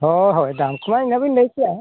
ᱦᱳᱭ ᱦᱳᱭ ᱫᱟᱢ ᱠᱚᱢᱟ ᱮᱱᱟᱱ ᱵᱤᱱ ᱞᱟᱹᱭ ᱠᱮᱜᱼᱟ